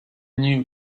new